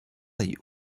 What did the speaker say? you